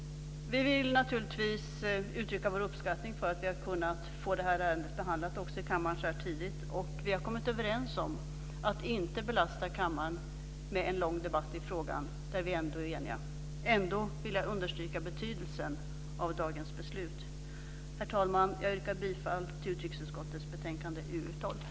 Vi vill naturligtvis uttrycka vår uppskattning för att vi har kunnat få ärendet behandlat så tidigt i kammaren. Vi har kommit överens om att inte belasta kammaren med en lång debatt i en fråga där vi ändå är eniga. Jag vill ändå understryka betydelsen av dagens beslut. Herr talman! Jag yrkar bifall till utrikesutskottets hemställan i UU12.